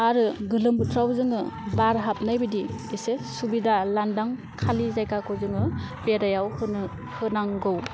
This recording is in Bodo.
आरो गोलोम बोथोराव जोङो बार हाबनायबायदि एसे सुबिदा लान्दां खालि जायगाखौ जोङो बेरायाव होनो होनांगौ